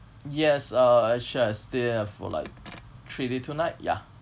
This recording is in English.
yes uh actually I stayed there for like three day two night ya